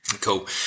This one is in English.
Cool